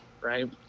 right